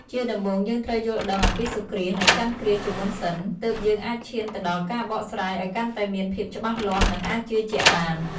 ជាដំបូងយើងត្រូវយល់ដឹងអំពីសូរ្យគ្រាស នឹងចន្ទគ្រាសជាមុនសិន ទើបយើងអាចឈានទៅដល់ការបកស្រាយអោយកាន់តែមានភាពច្បាស់លាស់ នឹងអាចជឿជាក់បាន ។